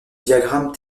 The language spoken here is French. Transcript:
diagramme